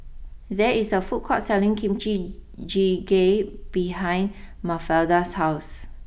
there is a food court selling Kimchi Jjigae behind Mafalda's house